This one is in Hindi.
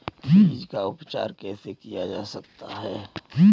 बीज का उपचार कैसे किया जा सकता है?